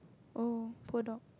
oh poor dog